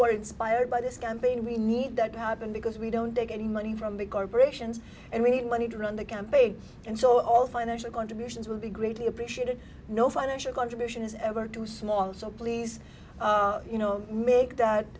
or inspired by this campaign we need that to happen because we don't take any money from the corporations and we need money to run the campaign and so all financial contributions will be greatly appreciated no financial contribution is ever too small so please you know make that